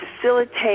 facilitate